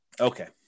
Okay